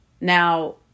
Now